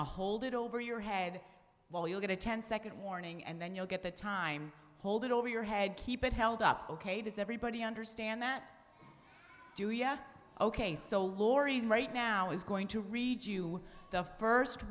to hold it over your head while you get a ten second warning and then you'll get the time hold it over your head keep it held up ok does everybody understand that ok so laurie's right now is going to read you the first